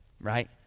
right